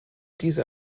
diese